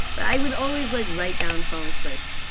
but i would always like write down songs first.